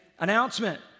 announcement